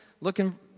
looking